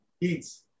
eats